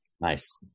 Nice